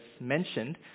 mentioned